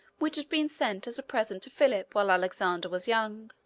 which had been sent as a present to philip while alexander was young.